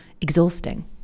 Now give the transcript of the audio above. exhausting